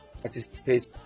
Participate